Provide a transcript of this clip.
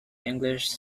english